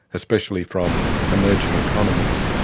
especially from emerging economies.